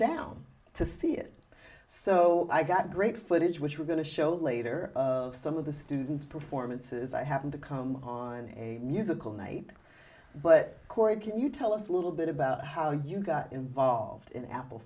down to see it so i got great footage which we're going to show later of some of the students performances i happened to come on a musical night but cory can you tell us a little bit about how you got involved in apple